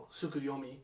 Sukuyomi